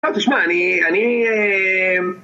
לא תשמע אני אני אההההההההההההה